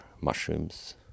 mushrooms